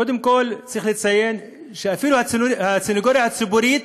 קודם כול צריך לציין שאפילו הסנגוריה הציבורית,